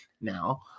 now